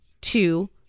two